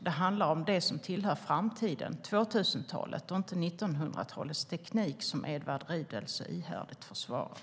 Det handlar om framtiden - 2000-talet och inte 1900-talets teknik, som Edward Riedl så ihärdigt försvarar.